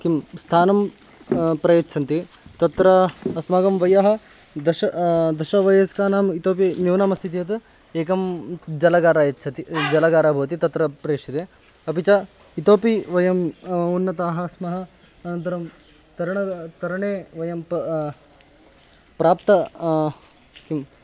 किं स्थानं प्रयच्छन्ति तत्र अस्माकं वयः दश दशवयस्कानाम् इतोपि न्यूनमस्ति चेत् एकं जलागारं यच्छति जलागारः भवति तत्र प्रेष्यते अपि च इतोपि वयम् उन्नताः स्मः अनन्तरं तरणं तरणे वयं पा प्राप्त किं